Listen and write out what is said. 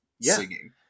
singing